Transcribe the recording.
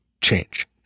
change